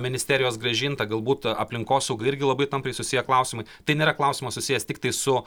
ministerijos grąžinta galbūt aplinkosauga irgi labai tampriai susiję klausimai tai nėra klausimas susijęs tiktai su